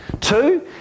Two